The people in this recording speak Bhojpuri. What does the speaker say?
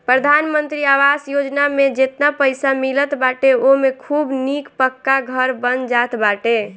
प्रधानमंत्री आवास योजना में जेतना पईसा मिलत बाटे ओमे खूब निक पक्का घर बन जात बाटे